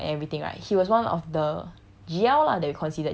C_G_L G_L_M everything right he was one of the